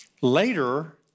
later